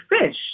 fish